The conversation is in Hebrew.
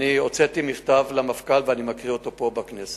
הוצאתי מכתב למפכ"ל ואני מקריא אותו פה בכנסת: